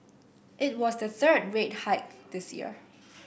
it was the third rate hike this year